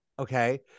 Okay